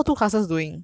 !aiya! whatever lah